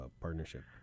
partnership